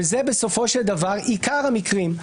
וזה בסופו של דבר עיקר המקרים.